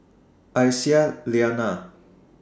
Aisyah Lyana